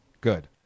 Good